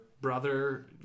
brother